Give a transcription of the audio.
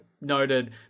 noted